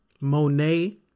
Monet